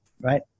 right